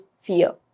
fear